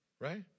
Right